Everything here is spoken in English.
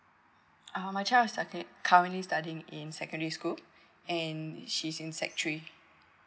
uh my child's cu~ currently studying in secondary school and she's in sec three